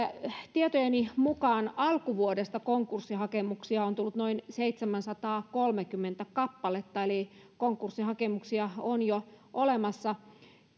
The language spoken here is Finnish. tietojeni mukaan alkuvuodesta konkurssihakemuksia on tullut noin seitsemänsataakolmekymmentä kappaletta eli konkurssihakemuksia on jo olemassa